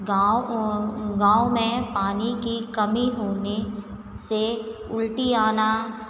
गाँव और गाँव में पानी की कमी होने से उल्टी आना